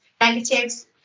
Negatives